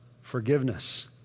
forgiveness